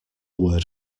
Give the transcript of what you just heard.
word